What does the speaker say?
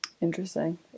Interesting